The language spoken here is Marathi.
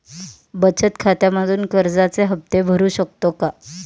बचत खात्यामधून कर्जाचे हफ्ते भरू शकतो का?